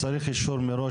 מצטרף.